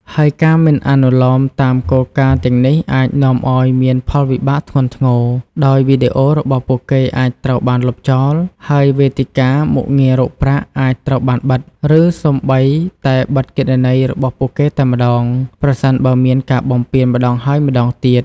ហើយការមិនអនុលោមតាមគោលការណ៍ទាំងនេះអាចនាំឲ្យមានផលវិបាកធ្ងន់ធ្ងរ ដោយវីដេអូរបស់ពួកគេអាចត្រូវបានលុបចោល ហើយវេទិកា មុខងាររកប្រាក់អាចត្រូវបានបិទ ឬសូម្បីតែបិទគណនីរបស់ពួកគេតែម្តង ប្រសិនបើមានការបំពានម្តងហើយម្តងទៀត។